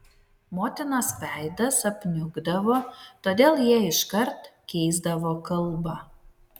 motinos veidas apniukdavo todėl jie iškart keisdavo kalbą